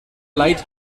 light